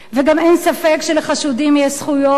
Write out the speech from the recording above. וגם אין ספק שלחשודים יש זכויות,